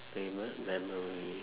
favourite memory